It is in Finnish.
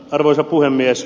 arvoisa puhemies